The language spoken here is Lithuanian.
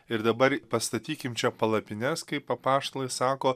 ir dabar i pastatykim čia palapines kaip apaštalai sako